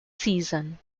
season